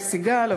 לסיגל,